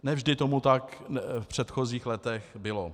Ne vždy tomu tak v předchozích letech bylo.